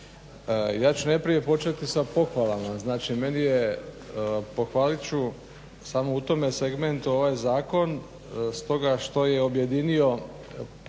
Ja ću najprije početi sa pohvalama, znači meni je pohvalit ću samo u tom segmentu ovaj zakon stoga što je objedinio